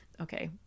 Okay